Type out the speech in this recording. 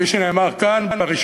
כפי שנאמר כאן, ב-1